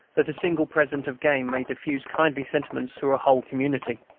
that a single present of game may diffuse kindly sentiments through a whole community.